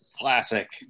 Classic